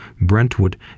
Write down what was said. Brentwood